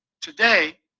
Today